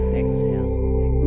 exhale